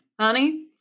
honey